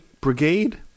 brigade